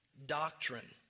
doctrine